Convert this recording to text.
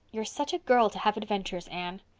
you're such a girl to have adventures, anne.